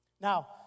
Now